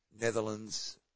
Netherlands